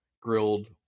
grilled